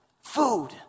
food